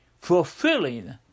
fulfilling